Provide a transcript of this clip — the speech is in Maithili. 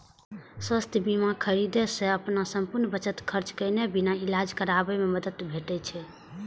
स्वास्थ्य बीमा खरीदै सं अपन संपूर्ण बचत खर्च केने बिना इलाज कराबै मे मदति भेटै छै